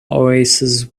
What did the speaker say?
oasis